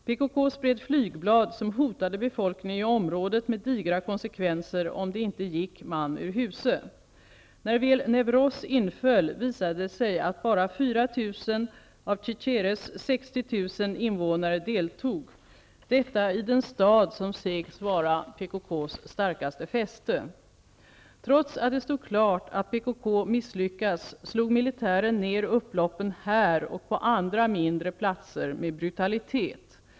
PKK spred flygblad som hotade befolkningen i området med digra konsekvenser om man inte gick man ur huse. När väl Newroz inföll visade det sig att bara 4 000 av Cizres 60 000 invånare deltog, detta i den stad som sägs vara PKK:s starkaste fäste. Trots att det stod klart att PKK misslyckats slog militären ner upploppen här och på andra mindre platser med brutalitet.